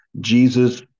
Jesus